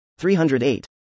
308